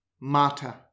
Mata